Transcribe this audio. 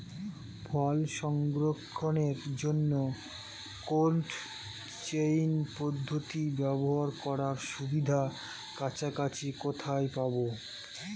ফল সংরক্ষণের জন্য cold chain পদ্ধতি ব্যবহার করার সুবিধা কাছাকাছি কোথায় পাবো?